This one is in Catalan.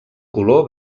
color